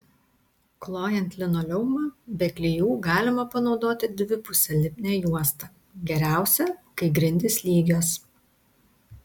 klojant linoleumą be klijų galima panaudoti dvipusę lipnią juostą geriausia kai grindys lygios